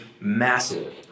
massive